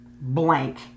blank